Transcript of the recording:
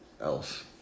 else